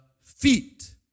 feet